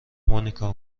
مونیکا